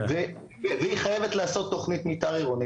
והיא חייבת לעשות תוכנית מתאר עירונית.